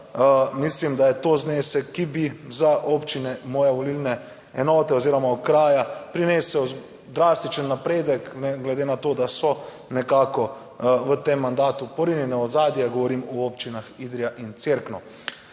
mislim, da je to znesek, ki bi za občine moje volilne enote oziroma okraja prinesel drastičen napredek, glede na to, da so nekako v tem mandatu porinjene ozadje, govorim o občinah Idrija in Cerkno.